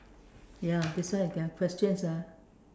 ya that's why their questions ah